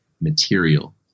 material